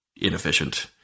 inefficient